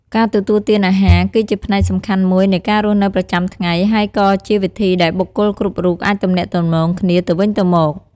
ការទទួលទានអាហារគឺជាផ្នែកសំខាន់មួយនៃការរស់នៅប្រចាំថ្ងៃ ហើយក៏ជាវិធីដែលបុគ្គលគ្រប់រូបអាចទំនាក់ទំនងគ្នាទៅវិញទៅមក។